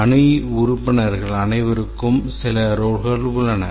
அணி உறுப்பினர்கள் அனைவருக்கும் சில ரோல்கள் உள்ளன